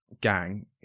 gang